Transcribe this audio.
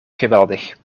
geweldig